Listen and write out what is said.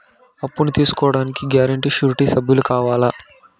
అప్పును తీసుకోడానికి guarantee, surety సభ్యులు కావాలా?